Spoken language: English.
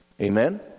Amen